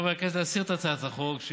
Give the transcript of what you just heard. מחברי הכנסת להסיר את הצעת החוק מסדר-היום,